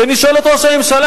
כשאני שואל את ראש הממשלה,